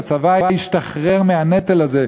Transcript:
והצבא ישתחרר מהנטל הזה,